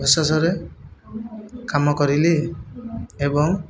ବିଶ୍ଵାସରେ କାମ କରିଲି ଏବଂ